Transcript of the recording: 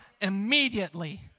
immediately